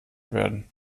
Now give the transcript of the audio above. werden